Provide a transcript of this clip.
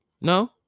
no